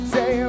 Say